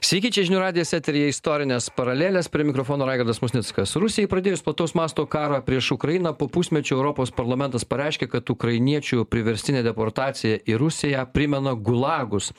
sveiki čia žinių radijas eteryje istorinės paralelės prie mikrofono raigardas musnickas rusijai pradėjus plataus masto karą prieš ukrainą po pusmečio europos parlamentas pareiškė kad ukrainiečių priverstinė deportacija į rusija primena gulagus